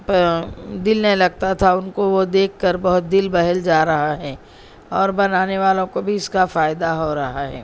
دل نہیں لگتا تھا ان کو وہ دیکھ کر بہت دل بہل جا رہا ہے اور بنانے والوں کو بھی اس کا فائدہ ہو رہا ہے